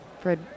Fred